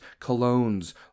colognes